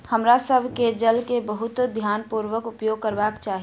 हमरा सभ के जल के बहुत ध्यानपूर्वक उपयोग करबाक चाही